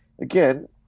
again